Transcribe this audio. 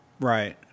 Right